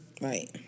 Right